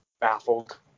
baffled